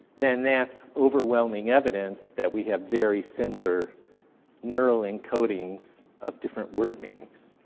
then that's overwhelming evidence that we have very similar neural encodings of different word meanings.